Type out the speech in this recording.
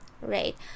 right